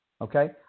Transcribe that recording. okay